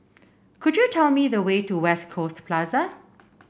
could you tell me the way to West Coast Plaza